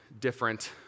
different